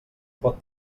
pot